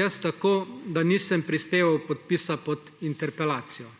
Jaz tako, da nisem prispeval podpisa pod interpelacijo.